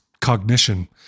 cognition